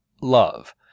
Love